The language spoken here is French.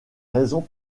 raisons